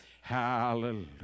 Hallelujah